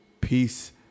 Peace